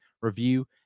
review